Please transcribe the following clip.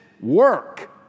work